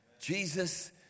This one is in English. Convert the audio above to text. Jesus